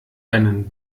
deinen